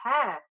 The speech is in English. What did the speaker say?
hair